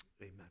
amen